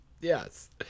yes